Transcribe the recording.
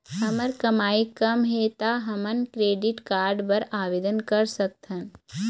हमर कमाई कम हे ता हमन क्रेडिट कारड बर आवेदन कर सकथन?